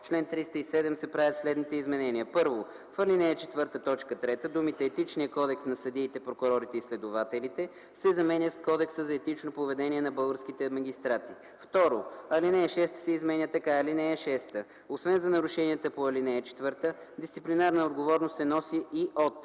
чл. 307 се правят следните изменения: 1. В ал. 4, т. 3 думите „Етичния кодекс на съдиите, прокурорите и следователите” се заменя с „Кодекса за етично поведение на българските магистрати”. 2. Алинея 6 се изменя така: „(6) Освен за нарушенията по ал. 4 дисциплинарна отговорност се носи и от: